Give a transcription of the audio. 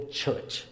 church